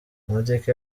amateka